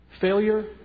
failure